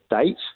date